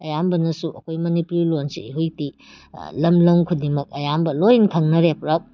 ꯑꯌꯥꯝꯕꯅꯁꯨ ꯑꯩꯈꯣꯏ ꯃꯅꯤꯄꯨꯔꯤ ꯂꯣꯟꯁꯤ ꯍꯧꯖꯤꯛꯇꯤ ꯂꯝ ꯂꯝ ꯈꯨꯗꯤꯡꯃꯛ ꯑꯌꯥꯝꯕ ꯂꯣꯏꯅ ꯈꯪꯅꯔꯦ ꯄꯨꯂꯞ